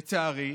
לצערי,